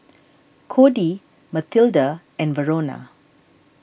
Cody Mathilde and Verona